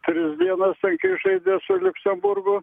tris dienas tai kai žaidė su liuksemburgu